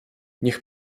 niech